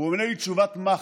והוא עונה לי תשובת מחץ: